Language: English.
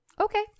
Okay